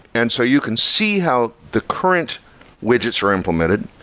and so you can see how the current widgets are implemented.